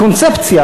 הקונספציה,